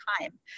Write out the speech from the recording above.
time